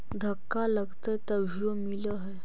धक्का लगतय तभीयो मिल है?